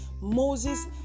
Moses